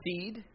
seed